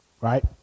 right